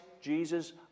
Jesus